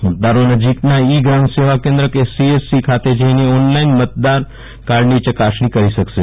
મતદારો નજીકના ઈ ગ્રામ સેવા કેન્દ્ર કે સી એસ સી ખાતે જઈને ઓનલાઈન મતદાર કાર્ડની ચકાસણી કરી શકશે